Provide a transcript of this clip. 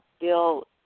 Bill